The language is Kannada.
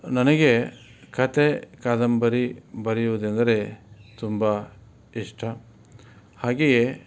ನನಗೆ ಕಥೆ ಕಾದಂಬರಿ ಬರಿಯೋದೆಂದ್ರೆ ತುಂಬ ಇಷ್ಟ ಹಾಗೆಯೇ